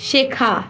শেখা